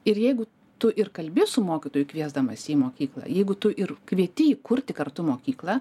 ir jeigu tu ir kalbi su mokytoju kviesdamas į mokyklą jeigu tu ir kvieti jį kurti kartu mokyklą